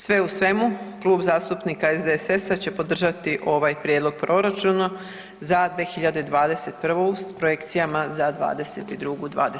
Sve u svemu Klub zastupnika SDSS-a će podržati ovaj Prijedlog proračuna za 2021. sa projekcijama za 2022., 2023.